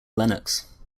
lenox